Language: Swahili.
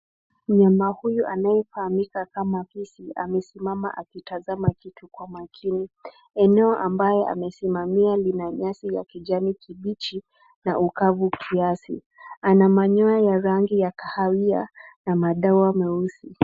Mnyama huyu anayefahamika kama fisi amesimama akitazama kitu kwa makini. Eneo ambayo amesimamia lina nyasi ya kijani kibichi na ukavu kiasi. Ana manyoya ya rangi ya kahawia na madoa meusi.